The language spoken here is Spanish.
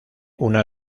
una